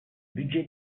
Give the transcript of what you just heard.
budget